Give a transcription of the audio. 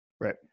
Right